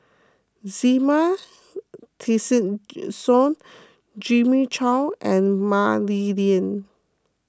Zena Tessensohn Jimmy Chok and Mah Li Lian